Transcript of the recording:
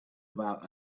about